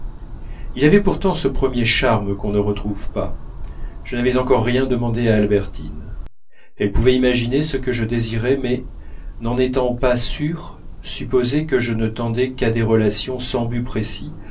il avait pourtant ce premier charme qu'on ne retrouve pas je n'avais encore rien demandé à albertine elle pouvait imaginer ce que je désirais mais n'en étant pas sûre supposer que je ne tendais qu'à des relations sans but précis